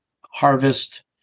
harvest